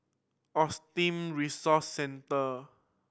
Autism Resource Centre